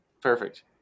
Perfect